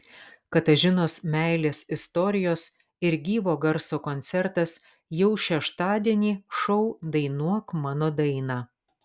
katažinos meilės istorijos ir gyvo garso koncertas jau šeštadienį šou dainuok mano dainą